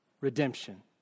redemption